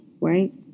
right